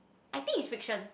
I think is fiction